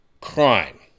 crime